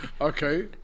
Okay